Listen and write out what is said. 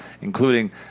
including